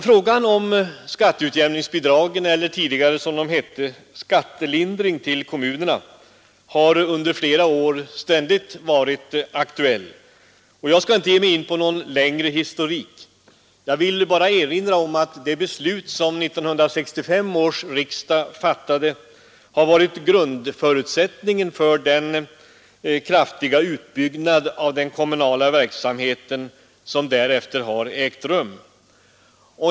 Frågan om skatteutjämningsbidrag eller, som det tidigare hette, skattelindring till kommunerna har under flera år ständigt varit aktuell. Jag skall inte göra någon längre historik. Jag skall bara erinra om att det beslut som 1965 års riksdag fattade har varit grundförutsättningen för den kraftiga utbyggnad av den kommunala verksamheten som därefter ägt rum.